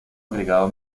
agregado